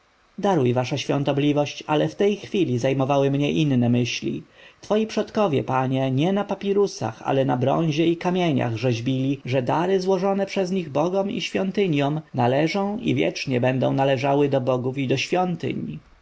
daruj wasza świątobliwość ale w tej chwili zajmowały mnie inne myśli twoi przodkowie panie nie na papirusach ale na bronzie i kamieniach rzeźbili że dary złożone przez nich bogom i świątyniom należą i wiecznie będą należały do bogów i do świątyń